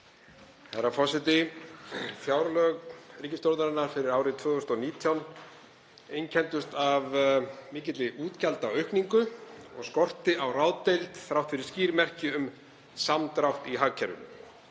Herra forseti. Fjárlög ríkisstjórnarinnar fyrir árið 2019 einkenndust af mikilli útgjaldaaukningu og skorti á ráðdeild þrátt fyrir skýr merki um samdrátt í hagkerfinu.